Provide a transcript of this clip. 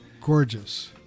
Gorgeous